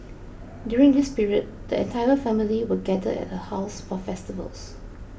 during this period the entire family would gather at her house for festivals